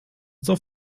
zur